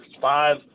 five